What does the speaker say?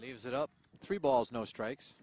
leaves it up to three balls no strikes